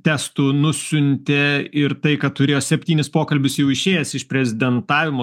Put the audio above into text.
testų nusiuntė ir tai kad turėjo septynis pokalbius jau išėjęs iš prezidentavimo